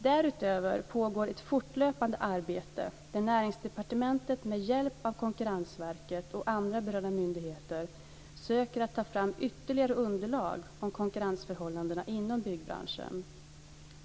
Därutöver pågår ett fortlöpande arbete där Näringsdepartementet med hjälp av Konkurrensverket och andra berörda myndigheter söker att ta fram ytterligare underlag om konkurrensförhållandena inom byggbranschen.